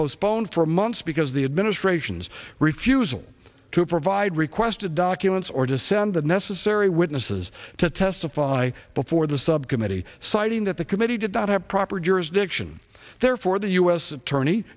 postponed for months because the administration's refusal to provide requested documents or to send the necessary witnesses to testify before the subcommittee citing that the committee did not have proper jurisdiction therefore the u s attorney